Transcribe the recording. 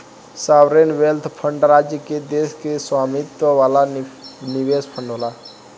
sovereign wealth fund राज्य चाहे देश के स्वामित्व वाला निवेश फंड होला